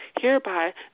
Hereby